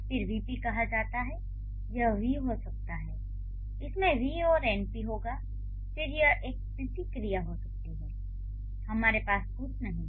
फिर वीपी कहाँ जाता है यह वी हो सकता है इसमें वी और एनपी होगा फिर यह एक पीपी क्रिया हो सकती है हमारे पास कुछ नहीं है